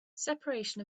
separation